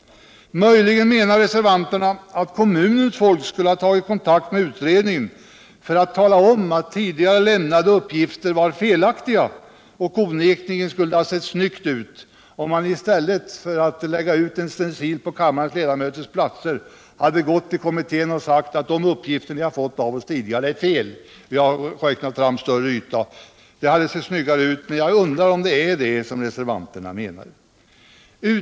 Möjligen menar reservanterna att kommunens folk skulle ha tagit kontakt med utredningen för att tala om att tidigare lämnade uppgifter varit felaktiga, och onekligen skulle detta ha sett snyggt ut. I stället för att lägga ut en stencil på riksdagsledamöternas platser skulle man ha gått till kommittén och sagt att de uppgifter som tidigare lämnats var felaktiga. Jag undrar om det är detta reservanterna menar.